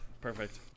Perfect